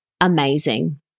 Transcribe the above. amazing